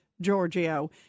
Giorgio